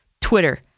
Twitter